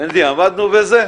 מנדי, עמדנו בזה?